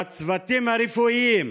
והצוותים הרפואיים,